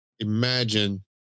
imagine